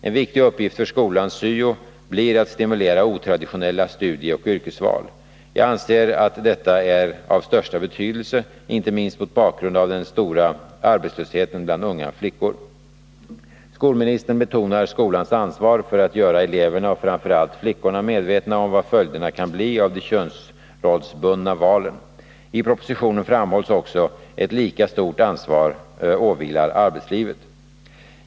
En viktig uppgift för skolans syo blir att stimulera otraditionella studieoch yrkesval. Jag anser att detta är av största betydelse, inte minst mot bakgrund av den stora arbetslösheten bland unga flickor. Skolministern betonar skolans ansvar för att göra eleverna och framför allt flickorna medvetna om vad följderna kan bli av de könsrollsbundna valen. I propositionen framhålls också att ett lika stort ansvar åvilar arbetslivet.